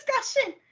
Discussion